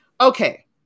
Okay